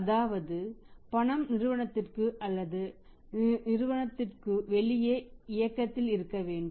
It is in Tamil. அதாவது பணம் நிறுவனத்திற்குள் அல்லது நிறுவனத்திற்கு வெளியே இயக்கத்தில் இருக்க வேண்டும்